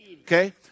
Okay